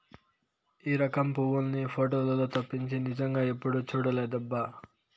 ఈ రకం పువ్వుల్ని పోటోలల్లో తప్పించి నిజంగా ఎప్పుడూ చూడలేదబ్బా